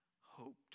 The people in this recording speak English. hoped